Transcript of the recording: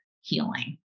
healing